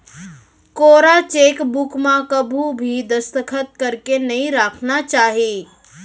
कोरा चेकबूक म कभू भी दस्खत करके नइ राखना चाही